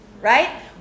right